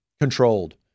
controlled